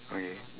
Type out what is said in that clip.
okay